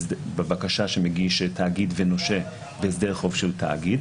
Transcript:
שמגיש תאגיד ונושה בהסדר חוב של תאגיד